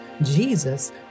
Jesus